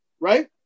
right